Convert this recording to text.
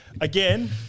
again